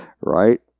Right